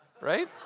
right